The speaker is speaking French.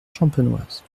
champenoise